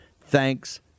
Thanks